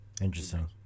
interesting